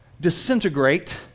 disintegrate